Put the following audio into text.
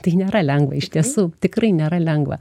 tai nėra lengva iš tiesų tikrai nėra lengva